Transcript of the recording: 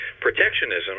protectionism